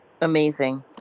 Amazing